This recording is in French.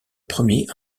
premier